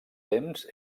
temps